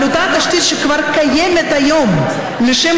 על אותה תשתית שכבר קיימת היום לשם